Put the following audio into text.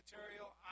material